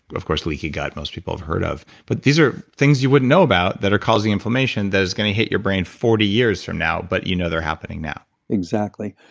of course, leaky gut most people have heard of but these are things you wouldn't know about that are causing inflammation that are gonna hit your brain forty years from now, but you know they're happening now exactly.